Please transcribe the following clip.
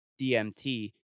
DMT